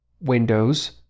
Windows